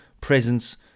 presence